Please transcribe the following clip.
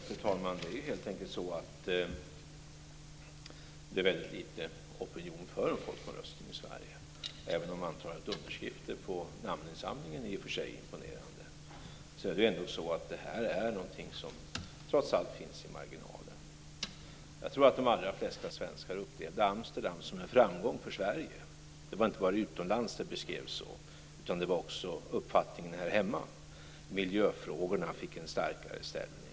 Fru talman! Det är helt enkelt en väldigt liten opinion för en folkomröstning i Sverige. Även om antalet underskrifter på namninsamlingen i och för sig är imponerande, är detta något som trots allt finns ute i marginalen. Jag tror att de allra flesta svenskar upplevde Amsterdamfördraget som en framgång för Sverige. Det var inte bara utomlands som det beskrevs så, utan det var också uppfattningen här hemma. Miljöfrågorna fick en starkare ställning.